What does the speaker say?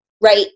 right